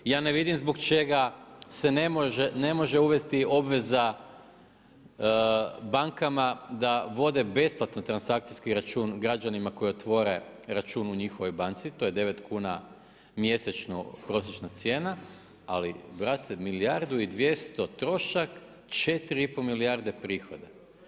Ja ne vidim zbog čega se ne može uvesti obveza banka da vode besplatan transakcijski račun, građanima koji otvore račun u njihovoj banci, to je 9 kuna mjesečno, prosječna cijena, ali brate, milijardu i 200 trošak, 4,5 milijarde prihoda.